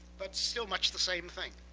but still much the same thing.